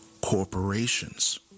corporations